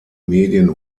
medien